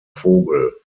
vogel